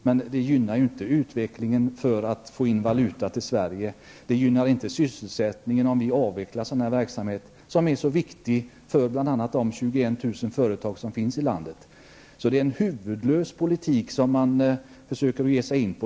Men det gynnar inte möjligheterna för att få in valuta i Sverige och inte heller sysselsättningen -- som är så viktig för de 21 000 företag som finns i landet. Man försöker här ge sig in på en huvudlös politik.